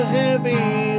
heavy